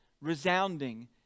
resounding